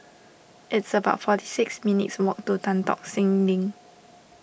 it's about forty six minutes' walk to Tan Tock Seng Link